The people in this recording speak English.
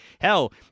Hell